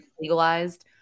legalized